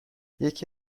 یکی